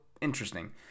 interesting